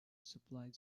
supplied